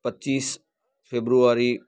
પચીસ ફેબ્રુઆરી